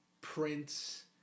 Prince